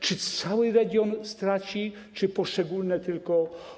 Czy cały region straci, czy poszczególne tylko.